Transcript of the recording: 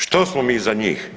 Što smo mi za njih?